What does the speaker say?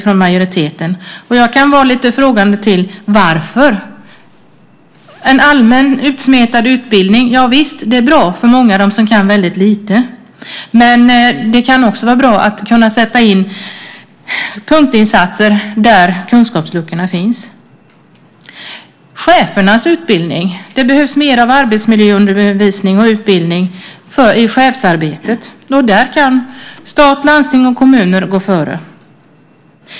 Jag frågar mig varför. Visst är det bra med en allmän utsmetad utbildning för många, för dem som kan lite. Men det kan också vara bra att sätta in punktinsatser där kunskapsluckorna finns. Sedan var det frågan om chefernas utbildning. Det behövs mer av arbetsmiljöundervisning och utbildning i chefsarbetet. Där kan stat, landsting och kommuner gå före.